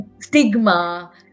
stigma